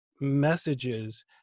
messages